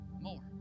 More